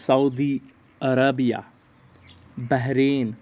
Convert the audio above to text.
Saudi Arabia Bahrain